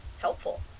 helpful